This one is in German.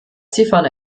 ziffern